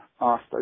asked